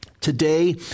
Today